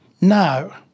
Now